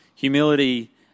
Humility